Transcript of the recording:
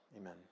amen